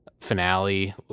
finale